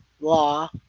law